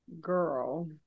girl